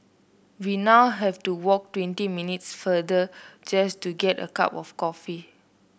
we now have to walk twenty minutes further just to get a cup of coffee